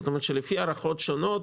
לפי הערכות שונות,